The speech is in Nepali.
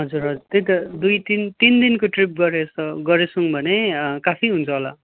हजुर हजुर त्यही त दुई तिन तिन दिनको ट्रिप गरेछ गरेछौँ भने काफी हुन्छ होला